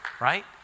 Right